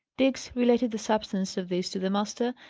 diggs related the substance of this to the master,